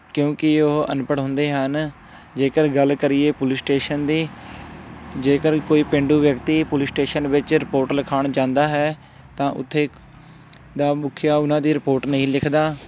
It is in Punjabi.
ਕਿਉਂਕਿ ਉਹ ਅਨਪੜ੍ਹ ਹੁੰਦੇ ਹਨ ਜੇਕਰ ਗੱਲ ਕਰੀਏ ਪੁਲਿਸ ਸਟੇਸ਼ਨ ਦੀ ਜੇਕਰ ਕੋਈ ਪੇਂਡੂ ਵਿਅਕਤੀ ਪੁਲਿਸ ਸਟੇਸ਼ਨ ਵਿੱਚ ਰਿਪੋਰਟ ਲਿਖਾਉਣ ਜਾਂਦਾ ਹੈ ਤਾਂ ਉੱਥੇ ਦਾ ਮੁਖੀਆ ਉਹਨਾਂ ਦੀ ਰਿਪੋਰਟ ਨਹੀਂ ਲਿਖਦਾ